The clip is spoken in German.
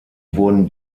wurden